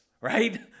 right